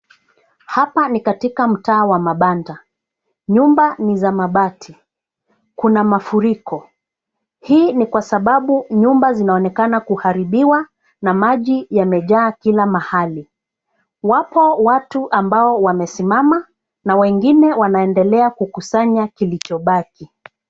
Hapa ni katika mtaa wa mabanda nyumba ni za mabati, kuna mafuriko. Hii ni kwa sababu nyumba zinaonekana kuharibiwa na maji yamejaa kila mahali. Wapo watu ambao wamesimama na wengine wanaendelea kukusanya kilichobaki.